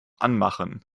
anmachen